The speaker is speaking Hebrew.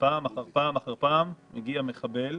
שפעם אחר פעם אחר פעם הגיע מחבל.